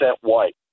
white